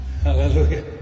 Hallelujah